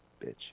bitch